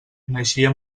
naixia